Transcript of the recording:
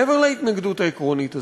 מעבר להתנגדות העקרונית הזאת,